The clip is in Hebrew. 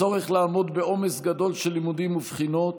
הצורך לעמוד בעומס גדול של לימודים ובחינות,